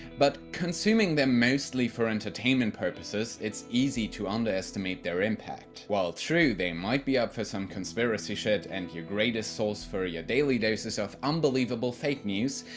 but consuming them mostly for entertainment purposes, it's easy to underestimate their impact. while true they might be up for some conspiracy shit and your greatest source for your daily doses of unbelievable fake news,